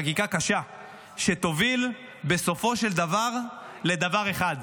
חקיקה קשה שתוביל בסופו של דבר לדבר אחד: